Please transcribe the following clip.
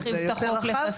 זה יותר רחב.